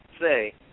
say